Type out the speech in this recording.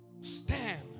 Stand